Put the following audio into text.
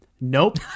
Nope